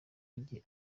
afitiye